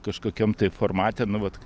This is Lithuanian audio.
kažkokiam tai formate nu vat